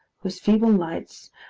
whose feeble lights,